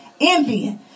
Envy